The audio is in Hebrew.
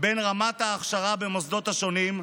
בין רמת ההכשרה במוסדות השונים,